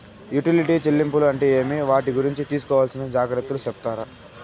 Utility చెల్లింపులు అంటే ఏమి? వాటి గురించి తీసుకోవాల్సిన జాగ్రత్తలు సెప్తారా?